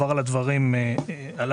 אני